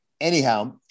anyhow